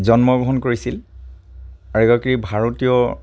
জন্ম গ্ৰহণ কৰিছিল আৰু এগৰাকী ভাৰতীয়